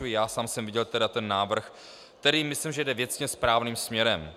Já sám jsem viděl tedy ten návrh, který myslím jde věcně správným směrem.